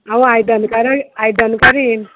हांव आयदन कर आयदन करीन